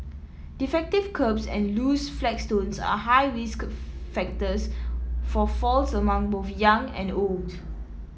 defective kerbs and loose flagstones are high risk factors for falls among both young and old